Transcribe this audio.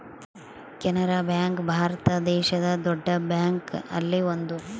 Canara bank Bharat ದೇಶದ್ ದೊಡ್ಡ bank ಅಲ್ಲಿ ಒಂದು